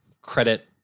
credit